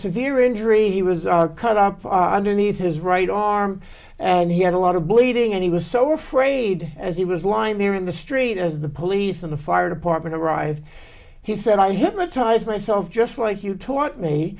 severe injury he was our cut up for our underneath his right arm and he had a lot of bleeding and he was so afraid as he was lying there in the street as the police and fire department arrived he said i hypnotized myself just like you taught me